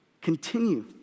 continue